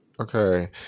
Okay